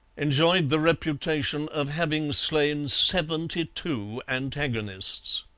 enjoyed the reputation of having slain seventy-two antagonists.